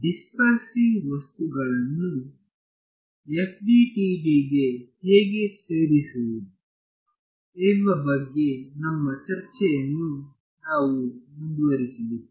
dispersive ವಸ್ತುಗಳನ್ನು FDTDಗೆ ಹೇಗೆ ಸೇರಿಸುವುದು ಎಂಬ ಬಗ್ಗೆ ನಮ್ಮ ಚರ್ಚೆಯನ್ನು ನಾವು ಮುಂದುವರಿಸುತ್ತೇವೆ